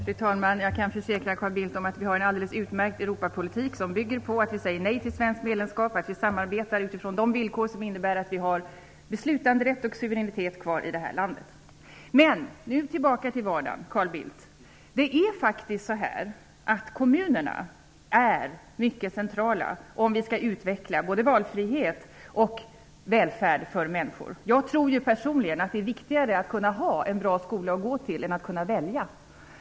Fru talman! Jag kan försäkra Carl Bildt om att vi har en alldeles utmärkt Europapolitik som bygger på att vi säger nej till svenskt medlemskap och på att vi samarbetar utifrån de villkor som innebär att vi har beslutanderätt och suveränitet kvar i det här landet. Men nu tillbaka till vardagen, Carl Bildt! Det är faktiskt så att kommunerna är mycket centrala om vi skall utveckla både valfrihet och välfärd för människor. Personligen tror jag att det är viktigare att kunna ha en bra skola att gå till än att kunna välja.